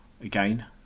again